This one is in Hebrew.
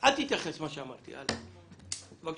אל תתייחס למה שאמרתי, בבקשה.